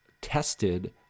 tested